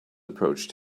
approached